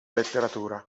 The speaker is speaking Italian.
letteratura